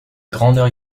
grandeur